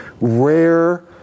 rare